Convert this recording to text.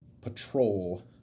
patrol